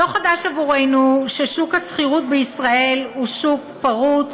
לא חדש עבורנו ששוק השכירות בישראל הוא שוק פרוץ,